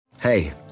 Hey